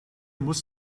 muss